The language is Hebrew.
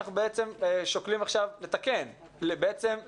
אנחנו שוקלים עכשיו לתקן את הדבר הזה,